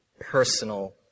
personal